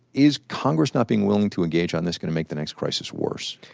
is congress not being willing to engage on this going to make the next crisis worse?